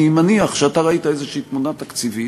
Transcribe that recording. אני מניח שאתה ראית איזו תמונה תקציבית,